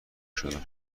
شدم